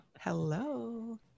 Hello